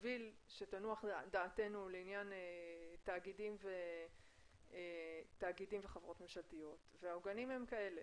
כדי שתנוח דעתנו לעניין תאגידים וחברות ממשלתיות והעוגנים הם כאלה,